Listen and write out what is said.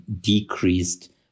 decreased